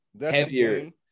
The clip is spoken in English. heavier